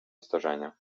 zdarzenia